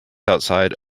outside